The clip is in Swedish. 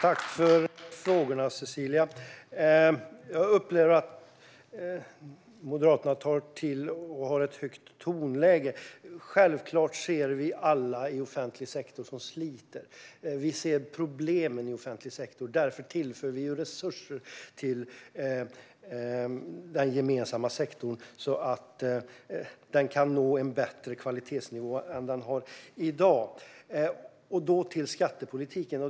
Fru talman! Tack, Cecilia, för frågorna! Moderaterna har ett högt tonläge. Självklart ser vi alla dem som sliter i offentlig sektor. Vi ser problemen i offentlig sektor, och därför tillför vi resurser till den gemensamma sektorn, så att den kan nå en bättre kvalitetsnivå än i dag. Nu kommer jag till skattepolitiken.